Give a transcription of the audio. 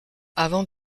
avant